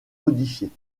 modifiées